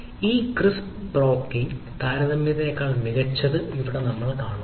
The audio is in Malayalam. ഈ ക്രിസ്പ് ബ്രോക്കിംഗ് തരത്തേക്കാൾ മികച്ചത് ഇവിടെയും നമുക്ക് കാണാം